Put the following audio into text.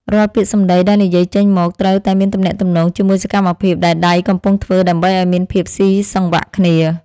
រាល់ពាក្យសម្តីដែលនិយាយចេញមកត្រូវតែមានទំនាក់ទំនងជាមួយសកម្មភាពដែលដៃកំពុងធ្វើដើម្បីឱ្យមានភាពស៊ីសង្វាក់គ្នា។